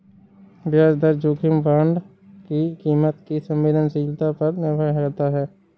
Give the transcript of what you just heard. ब्याज दर जोखिम बांड की कीमत की संवेदनशीलता पर निर्भर करता है